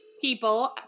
people